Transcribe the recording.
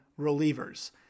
relievers